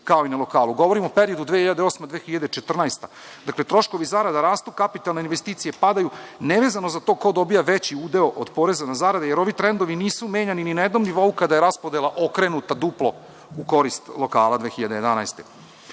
kao i na lokalu. Govorim o periodu 2008. – 2014. godina. Dakle, troškovi zarada rastu, kapitalne investicije padaju, nevezano za to ko dobija veći udeo od poreza na zarade, jer ovi trendovi nisu menjani ni na jednom nivou kada je raspodela okrenuta duplo u korist lokala 2011.